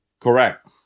Correct